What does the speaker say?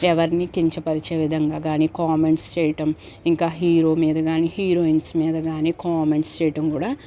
ఎవరినీ కించపరిచే విధంగా కాని కామెంట్స్ చేయటం ఇంకా హీరో మీద కాని హీరోయిన్స్ మీద కాని కామెంట్స్ చేయటం కూడా